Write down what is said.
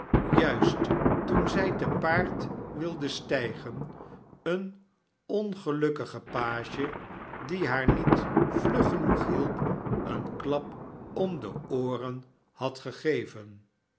juist to en zij te paard wilde stijgen een ongelukkigen page die haar niet vlug genoeg hielp een klap om de ooren had gegeven